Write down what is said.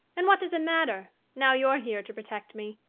and what does it matter, now you're here to protect me?